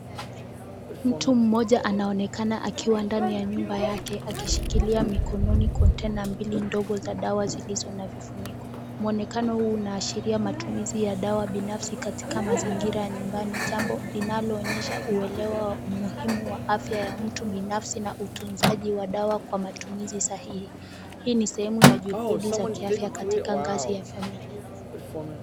Mtu mmoja anaonekana akiwa ndani ya nyumba yake akishikilia mikononi kontena mbili ndogo za dawa zilizo na vifuniko. Mwonekano huu unaashiria matumizi ya dawa binafsi katika mazingira ya nyumbani jambo linaloonyesha uelewa wa umuhimu wa afya ya mtu binafsi na utunzaji wa dawa kwa matumizi sahihi. Hii ni sehemu ya juhudi za kiafya katika ngazi ya familia.